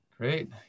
Great